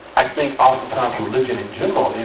i think, oftentimes religion in general,